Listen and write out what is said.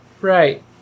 right